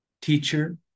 teacher